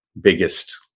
biggest